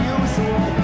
usual